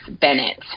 Bennett